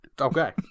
Okay